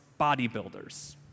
bodybuilders